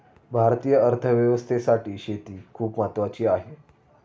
भारतीय अर्थव्यवस्थेसाठी शेती खूप महत्त्वाची आहे